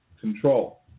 control